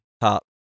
top